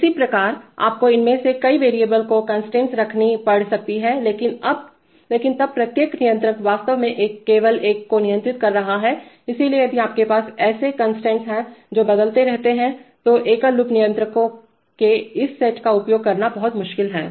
इसी प्रकार आपको इनमें से कई वैरिएबल पर कंस्ट्रेंट्स रखनी पड़ सकती हैंलेकिन तब प्रत्येक नियंत्रक वास्तव में केवल एक को नियंत्रित कर रहा हैइसलिए यदि आपके पास ऐसे कंस्ट्रेंट्स हैं जो बदलते रहते हैं तो एकल लूप नियंत्रकों के इस सेट का उपयोग करना बहुत मुश्किल है